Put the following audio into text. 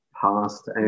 past